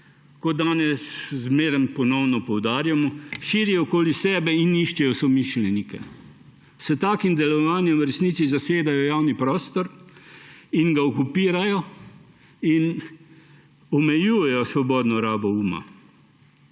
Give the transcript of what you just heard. kot danes zmeraj ponovno poudarjamo, širijo okoli sebe in iščejo somišljenike. S takim delovanjem v resnici zasedajo javni prostor in ga okupirajo in omejujejo svobodno rabo uma.